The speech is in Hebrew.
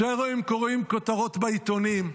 כשהם קוראים כותרות בעיתונים,